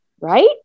right